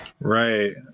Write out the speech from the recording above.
Right